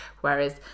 whereas